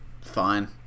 fine